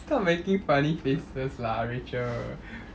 stop making funny faces lah rachel